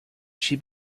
she